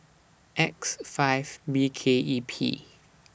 X five B K E P